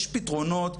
יש פתרונות,